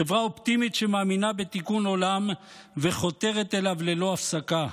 חברה אופטימית שמאמינה בתיקון עולם וחותרת אליו ללא הפסקה,